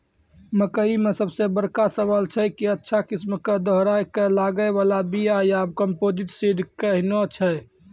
मकई मे सबसे बड़का सवाल छैय कि अच्छा किस्म के दोहराय के लागे वाला बिया या कम्पोजिट सीड कैहनो छैय?